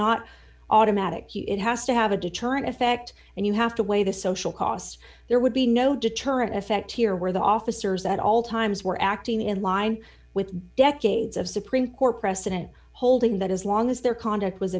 not automatic it has to have a deterrent effect and you have to weigh the social costs there would be no deterrent effect here where the officers at all times were acting in line with decades of supreme court precedent holding that as long as their conduct was